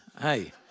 hey